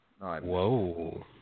Whoa